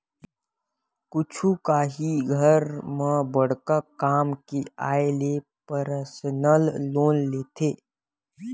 कुछु काही घर म बड़का काम के आय ले परसनल लोन लेथे